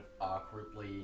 awkwardly